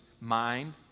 mind